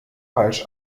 falsch